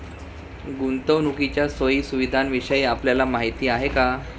गुंतवणुकीच्या सोयी सुविधांविषयी आपल्याला माहिती आहे का?